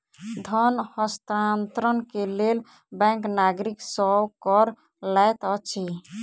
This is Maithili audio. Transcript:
धन हस्तांतरण के लेल बैंक नागरिक सॅ कर लैत अछि